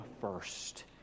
first